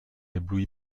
ébloui